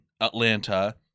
Atlanta